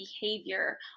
behavior